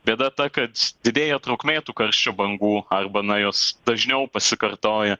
bėda ta kad didėja trukmė tų karščio bangų arba na jos dažniau pasikartoja